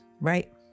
Right